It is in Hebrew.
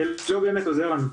זה לא באמת עוזר לנו.